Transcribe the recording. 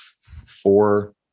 four